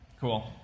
Cool